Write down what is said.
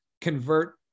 convert